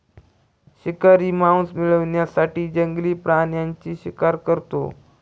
शिकारी मांस मिळवण्यासाठी जंगली प्राण्यांची शिकार करतो